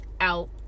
out